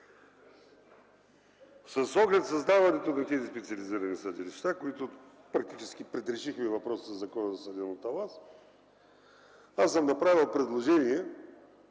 С оглед създаването на тези специализирани съдилища, с които практически предрешихме и въпроса за съдебната власт, аз съм направил предложение,